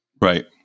Right